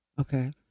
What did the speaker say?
Okay